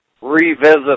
revisit